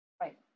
right